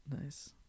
Nice